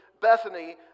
Bethany